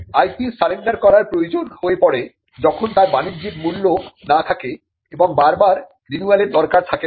IP surrender করার প্রয়োজন হয়ে পড়ে যখন তার বাণিজ্যিক মূল্য না থাকে এবং বারবার রিনিউয়ালের দরকার থাকে না